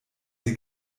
sie